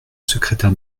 secrétaire